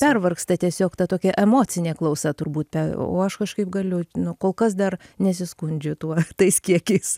pervargsta tiesiog ta tokia emocinė klausa turbūt pe o aš kažkaip galiu nu kol kas dar nesiskundžiu tuo tais kiekiais